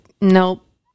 nope